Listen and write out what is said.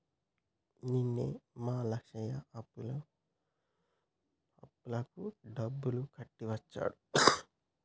నిన్ననే మా లక్ష్మయ్య అప్పులకు డబ్బులు కట్టి వచ్చిండు